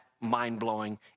mind-blowing